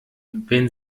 wenn